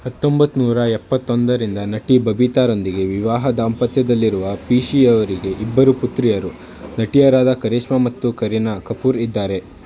ಹತ್ತೊಂಬತ್ನೂರ ಎಪ್ಪತ್ತೊಂದರಿಂದ ನಟಿ ಬಬಿತಾರೊಂದಿಗೆ ವಿವಾಹ ದಾಂಪತ್ಯದಲ್ಲಿರುವ ಪೀಷಿಯವರಿಗೆ ಇಬ್ಬರು ಪುತ್ರಿಯರು ನಟಿಯರಾದ ಕರೀಷ್ಮಾ ಮತ್ತು ಕರೀನಾ ಕಪೂರ್ ಇದ್ದಾರೆ